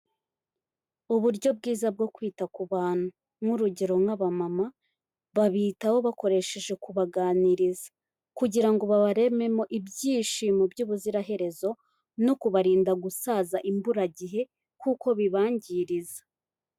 Uburyo bwiza bwo kwita ku bantu, nk'urugero nk'abamama babitaho bakoresheje kubaganiriza kugira ngo babarememo ibyishimo by'ubuziraherezo, no kubarinda gusaza imburagihe kuko bibangiriza.